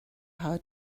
how